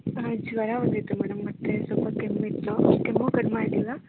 ಹಾ ಜ್ವರ ಬಂದಿತ್ತು ಮೇಡಮ್ ಮತ್ತು ಸ್ವಲ್ಪ ಕೆಮ್ಮಿತ್ತು ಕೆಮ್ಮೂ ಕಡಿಮೆ ಆಗಿಲ್ಲ